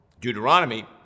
Deuteronomy